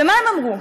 ומה הם אמרו?